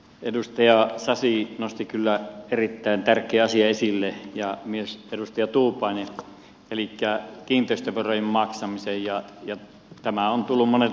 edustaja sasi nosti kyllä erittäin tärkeän asian esille ja myös edustaja tuupainen elikkä kiinteistöverojen maksamisen ja tämä viesti on tullu monet